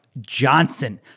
Johnson